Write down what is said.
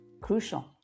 crucial